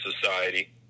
society